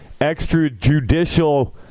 extrajudicial